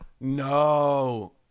No